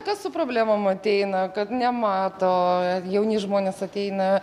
kas su problemom ateina kad nemato jauni žmonės ateina